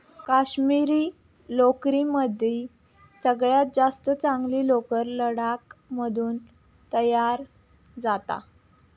काश्मिरी लोकरीमदी सगळ्यात जास्त चांगली लोकर लडाख मधून तयार जाता